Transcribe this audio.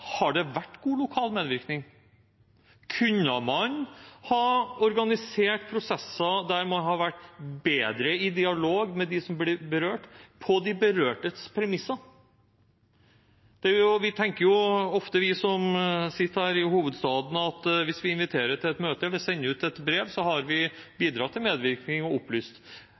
Har det vært god lokal medvirkning? Kunne man ha organisert prosesser der man hadde hatt bedre dialog med dem som blir berørt, på de berørtes premisser? Vi tenker ofte, vi som sitter her i hovedstaden, at hvis vi inviterer til et møte eller sender ut et brev, har vi bidratt til medvirkning og opplyst.